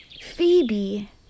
Phoebe